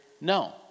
No